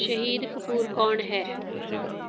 ਸ਼ਾਹੀਦ ਕਪੂਰ ਕੌਣ ਹੈ